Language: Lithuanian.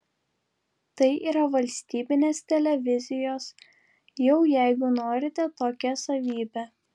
tai yra valstybinės televizijos jau jeigu norite tokia savybė